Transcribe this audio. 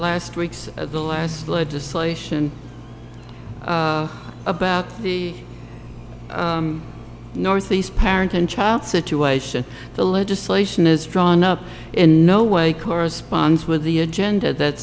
last week's the last legislation about the northeast parent and child situation the legislation is drawn up in no way corresponds with the agenda that